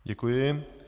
Děkuji.